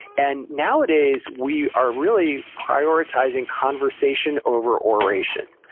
and, nowadays, we are really prioritizing conversation over oration.